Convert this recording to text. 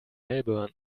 melbourne